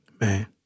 Man